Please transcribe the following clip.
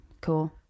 cool